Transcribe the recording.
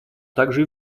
также